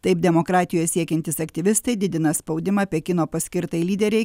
taip demokratijos siekiantys aktyvistai didina spaudimą pekino paskirtai lyderei